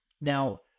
Now